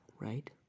right